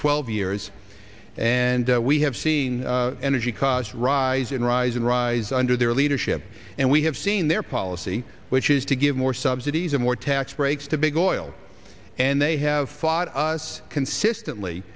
twelve years and we have seen energy costs rise and rise and rise under their leadership and we have seen their policy which is to give more subsidies and more tax breaks to big oil and they have fought us consistently